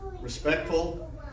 respectful